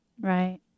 Right